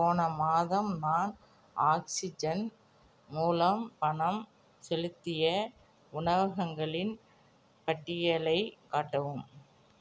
போன மாதம் நான் ஆக்ஸிஜன் மூலம் பணம் செலுத்திய உணவகங்களின் பட்டியலைக் காட்டவும்